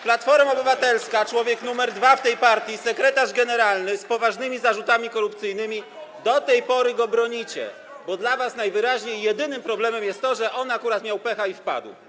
Platforma Obywatelska - człowiek nr 2 w tej partii, sekretarz generalny z poważnymi zarzutami korupcyjnymi, którego do tej pory bronicie, bo dla was najwyraźniej jedynym problemem jest to, że on akurat miał pecha i wpadł.